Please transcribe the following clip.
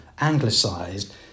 anglicised